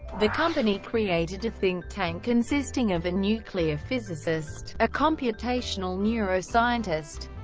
the company created a think tank consisting of a nuclear physicist, a computational neuroscientist,